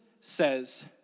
says